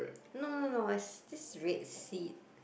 no no no it's this red seed